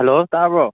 hello ꯇꯥꯕ꯭ꯔꯣ